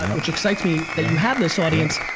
um which excites me, that you have this audience,